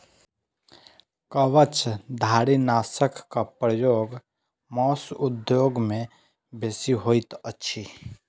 कवचधारीनाशकक प्रयोग मौस उद्योग मे बेसी होइत अछि